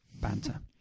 banter